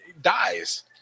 dies